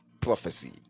prophecy